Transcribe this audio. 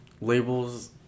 labels